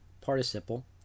participle